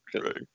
Right